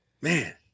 Man